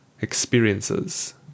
EXPERIENCES